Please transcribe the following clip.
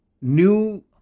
new